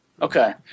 Okay